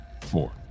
Four